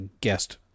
guest